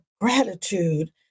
gratitude